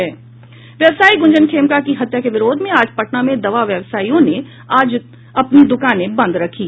व्यवसायी गुंजन खेमका की हत्या के विरोध में आज पटना में दवा व्यवसायियों ने अपनी दूकाने बंद रखी